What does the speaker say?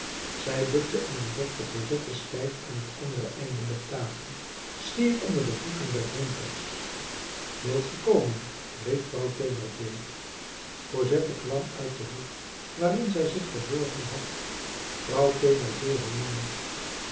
zij bukte en ontdekte cosette stijf aan t andere einde der tafel schier onder de voeten der drinkers wilt ge komen riep vrouw thénardier cosette kwam uit den hoek waarin zij zich verborgen had vrouw